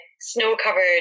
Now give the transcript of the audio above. snow-covered